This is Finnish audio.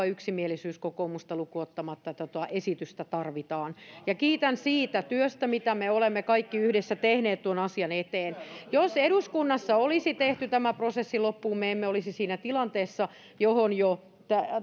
yksimielisyys kokoomusta lukuun ottamatta siitä että tätä esitystä tarvitaan kiitän siitä työstä mitä me olemme kaikki yhdessä tehneet tuon asian eteen jos eduskunnassa olisi tehty tämä prosessi loppuun me emme olisi siinä tilanteessa johon